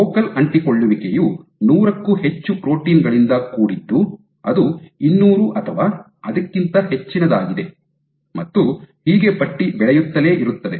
focal ಅಂಟಿಕೊಳ್ಳುವಿಕೆಯು ನೂರಕ್ಕೂ ಹೆಚ್ಚು ಪ್ರೋಟೀನ್ ಗಳಿಂದ ಕೂಡಿದ್ದು ಅದು ಇನ್ನೂರು ಅಥವಾ ಅದಕ್ಕಿಂತ ಹೆಚ್ಚಿನದಾಗಿದೆ ಮತ್ತು ಹೀಗೆ ಪಟ್ಟಿ ಬೆಳೆಯುತ್ತಲೇ ಇರುತ್ತದೆ